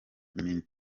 nini